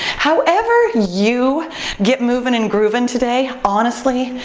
however you get movin' and groovin' today, honestly,